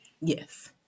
Yes